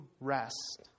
rest